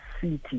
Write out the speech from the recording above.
city